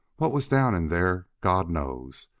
what was down in there, god knows.